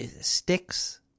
sticks